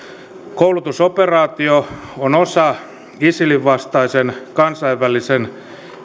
koulutusoperaatio on osa isilin vastaisen kansainvälisen